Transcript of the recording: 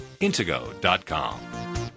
intego.com